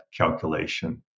calculation